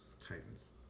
Titans